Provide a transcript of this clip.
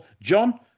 John